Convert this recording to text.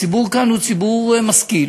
הציבור כאן הוא ציבור משכיל,